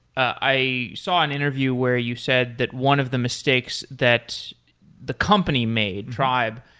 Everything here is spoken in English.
i saw an interview where you said that one of the mistakes that the company made, tribe,